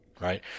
right